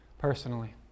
personally